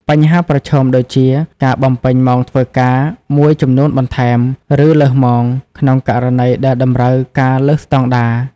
បញ្ហាប្រឈមដូចជា ការបំពេញម៉ោងធ្វើការមួយចំនួនបន្ថែម ឬលើសម៉ោង ក្នុងករណីដែលតម្រូវការលើសស្តង់ដារ។